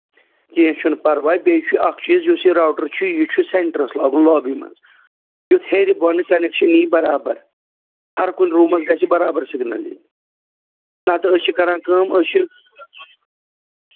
کیٚنٛہہ چھُنہٕ پَرواے بیٚیہِ چھُ اکھ چیٖز یُس یہِ روٹر چھُ یہِ چھُ سینٹرَس لاگُن لابی منٛز یُتھ ہیٚرِ بۄنہٕ کَنٮ۪کشَن یِیہِ برابر ہَر کُنہِ روٗمَس گَِژھِ برابر سِگنَل یہِ نتہٕ أسۍ چھِ کران کٲم أسۍ چھِ